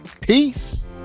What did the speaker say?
peace